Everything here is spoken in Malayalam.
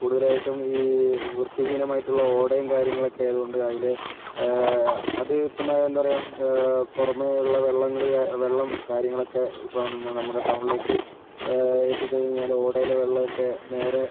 കൂടുതലായിട്ടും ഈ വൃത്തി ഹീനമായിട്ടുള്ള ഓടയും കാര്യങ്ങളൊക്കെ ആയതുകൊണ്ട് അതിലെ അതിപ്പോൾ എന്താ പറയുക പുറമെയുള്ള വെള്ളങ്ങൾ വെള്ളം കാര്യങ്ങളൊക്കെ ഇപ്പോൾ നമ്മുടെ ടൗണിലേക്ക് എത്തി കഴിഞ്ഞാൽ ഓടയിലെ വെള്ളമൊക്കെ നേരെ